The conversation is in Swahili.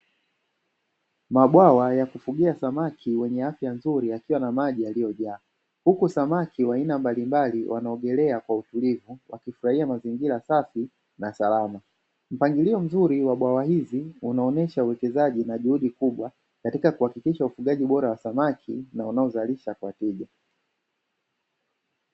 Mabwawa ya kufugia samaki wenye afya nzuri yakiwa na maji yaliyojaa huku samaki wa aina mbalimbali wanaogelea kwa utulivu wakifurahia mazingira safi na salama. Mpangilio mzuri wa bwawa hizi unaonyesha uwekezaji na juhudi kubwa katika kuhakikisha ufugaji Bora wa samaki na unaozalisha kwa tija.